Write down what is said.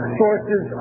sources